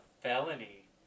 felony